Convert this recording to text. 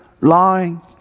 lying